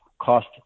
cost